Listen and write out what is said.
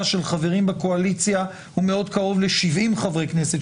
של חברים בקואליציה הוא מאוד קרוב ל 70 חברי כנסת,